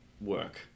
work